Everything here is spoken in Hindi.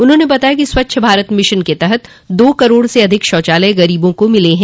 उन्होंने बताया कि स्वच्छ भारत मिशन के तहत दो करोड़ से अधिक शौचालय गरीबों को मिले हैं